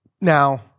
Now